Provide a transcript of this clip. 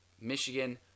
Michigan